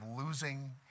losing